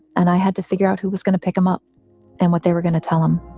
and i had to figure out who was going to pick him up and what they were going to tell him.